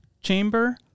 Chamber